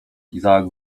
izaak